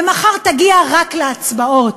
ומחר תגיע רק להצבעות,